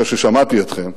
אחרי ששמעתי אתכם,